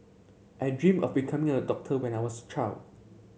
I dream of becoming a doctor when I was a child